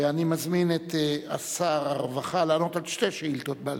אני מזמין את שר הרווחה לענות על שתי שאילתות בעל-פה,